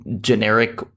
generic